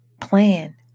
plan